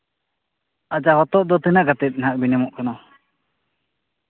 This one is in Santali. ᱟᱪᱪᱷᱟ ᱦᱚᱛᱚᱫ ᱫᱚ ᱛᱤᱱᱟᱹᱜ ᱠᱟᱛᱮᱫ ᱦᱟᱸᱜ ᱵᱤᱱ ᱮᱢᱚᱜ ᱠᱟᱱᱟ